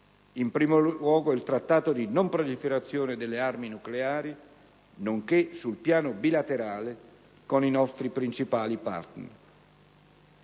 in primo luogo, nel Trattato di non proliferazione delle armi nucleari, nonché sul piano bilaterale con i nostri principali partner).